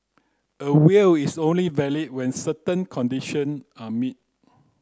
a will is only valid when certain condition are met